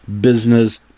business